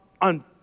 on